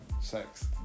sex